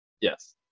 Yes